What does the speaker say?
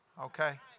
okay